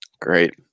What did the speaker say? Great